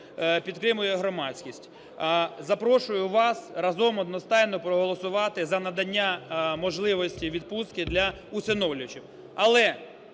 підтримує громадськість. Запрошую вас разом одностайно проголосувати за надання можливості відпустки для усиновлювачів. Але